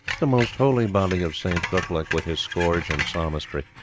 the most holy body of st. guthlac with his scourge and psalmistry,